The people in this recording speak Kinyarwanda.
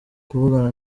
kuvugana